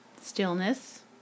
Stillness